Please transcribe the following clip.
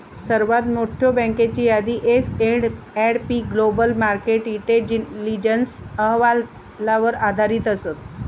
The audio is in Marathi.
सर्वात मोठयो बँकेची यादी S and P global market intelligence अहवालावर आधारित असत